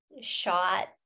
shot